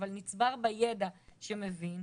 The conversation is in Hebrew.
אבל נצבר בה ידע שמבין,